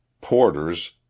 porters